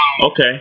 okay